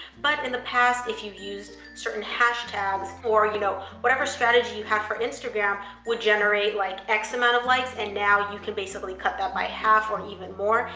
but in the past, if you used certain hashtags or you know whatever strategy you have for instagram would generate like x amount of likes and now you can basically cut that by half or even more,